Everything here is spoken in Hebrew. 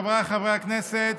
חבריי חברי הכנסת,